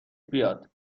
بیاد